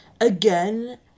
Again